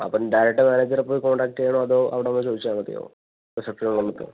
അപ്പം ഡയറക്റ്റ് മാനേജരെ പോയി കോണ്ടാക്ട് ചെയ്യണോ അതോ അവിടെ വന്ന് ചോദിച്ചാൽ മതിയോ റിസപ്ഷൻ വന്നിട്ട്